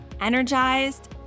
energized